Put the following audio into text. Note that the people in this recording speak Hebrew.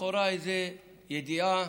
לכאורה איזו ידיעה